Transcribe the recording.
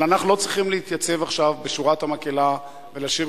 אבל אנחנו לא צריכים להתייצב עכשיו בשורת המקהלה ולשיר